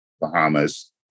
Bahamas